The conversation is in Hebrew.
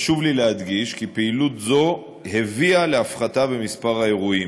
חשוב לי להדגיש כי פעילות זו הביאה להפחתה במספר האירועים.